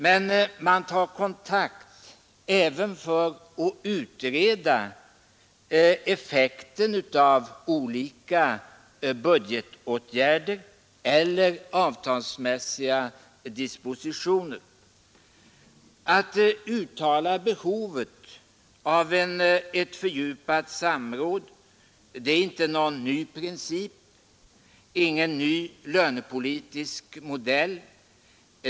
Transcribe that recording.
Men man tar kontakt även för att utreda effekten av olika budgetåtgärder eller avtalsmässiga dispositioner. Att uttala behovet av ett fördjupat samråd är ingen ny princip, ingen ny lönepolitisk modell.